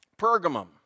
Pergamum